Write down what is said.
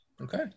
Okay